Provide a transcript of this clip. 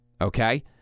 okay